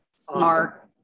smart